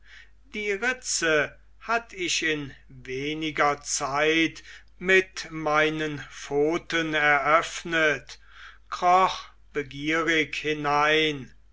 die ritze hatt ich in weniger zeit mit meinen pfoten eröffnet kroch begierig hinein